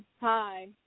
Hi